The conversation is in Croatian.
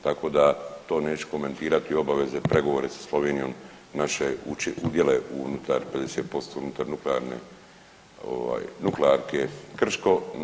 Tako da to neću komentirati, obaveze, pregovore sa Slovenijom, naše udjele unutar 50% unutar nuklearne, ovaj Nuklearke Krško.